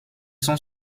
sont